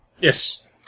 Yes